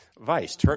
Vice